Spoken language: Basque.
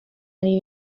ari